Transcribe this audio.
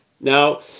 Now